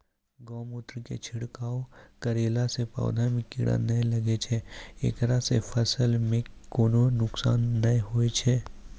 गोमुत्र के छिड़काव करला से पौधा मे कीड़ा नैय लागै छै ऐकरा से फसल मे कोनो नुकसान नैय होय छै?